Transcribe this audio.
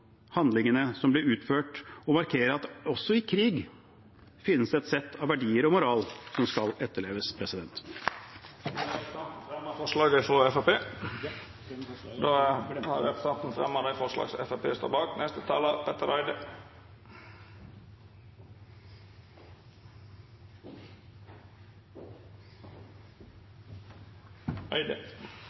handlingene som ble utført, og markere at det også i krig finnes et sett av verdier og moral som skal etterleves. Jeg tar til slutt opp Fremskrittspartiets forslag i saken. Då har representanten